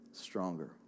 stronger